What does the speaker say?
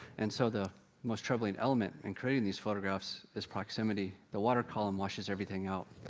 and so, the most troubling element in creating these photographs is proximity. the water column washes everything out.